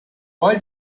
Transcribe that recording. why